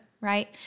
right